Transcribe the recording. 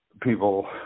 people